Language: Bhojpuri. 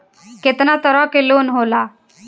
केतना तरह के लोन होला?